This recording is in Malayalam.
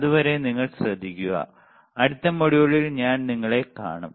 അതുവരെ നിങ്ങൾ ശ്രദ്ധിക്കുക അടുത്ത മൊഡ്യൂളിൽ ഞാൻ നിങ്ങളെ കാണും